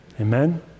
Amen